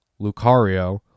Lucario